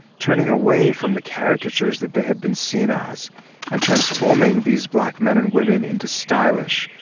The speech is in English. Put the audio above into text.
turning away from the caricatures that they had been seen as and transforming these black men and women into stylish,